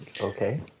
Okay